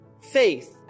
Faith